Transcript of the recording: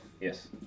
Yes